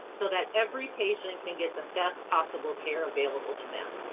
so that every patient and can get the best possible care available to them.